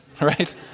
Right